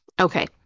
okay